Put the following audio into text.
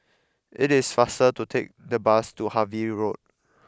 it is faster to take the bus to Harvey Road